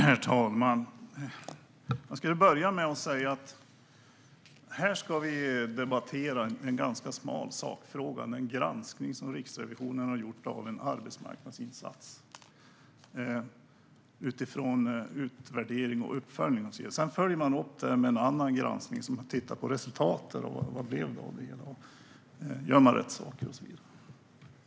Herr talman! Jag ska börja med att säga att här ska vi debattera en ganska smal sakfråga. Det handlar om en granskning som Riksrevisionen har gjort av en arbetsmarknadsinsats utifrån utvärdering och uppföljning, och sedan följer man upp det med en annan granskning där man tittar på resultatet för att se vad det blev av det hela och om man gör rätt saker och så vidare.